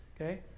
Okay